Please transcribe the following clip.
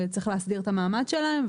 צריך להסדיר את המעמד שלהם,